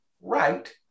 right